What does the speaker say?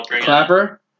Clapper